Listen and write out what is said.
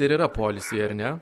ir yra poilsiui ar ne